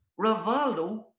Rivaldo